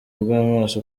bw’amaso